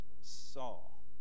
Saul